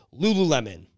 Lululemon